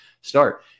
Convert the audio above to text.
start